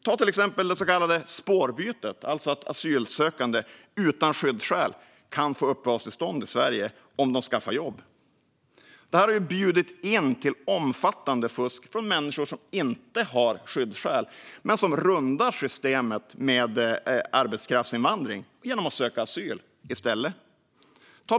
Ta till exempel det så kallade spårbytet, alltså att asylsökande utan skyddsskäl kan få uppehållstillstånd i Sverige om de skaffar jobb. Det har bjudit in till omfattande fusk av människor som inte har skyddsskäl men som rundar systemet med arbetskraftsinvandring genom att söka asyl i stället.